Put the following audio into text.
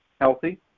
healthy